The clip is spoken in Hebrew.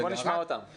אז בוא נשמע אותם.